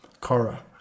Kara